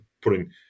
putting